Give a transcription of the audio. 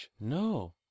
No